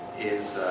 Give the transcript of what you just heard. is